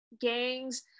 gangs